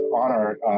honor